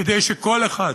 כדי שכל אחד,